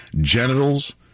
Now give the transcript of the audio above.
genitals